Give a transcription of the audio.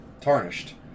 tarnished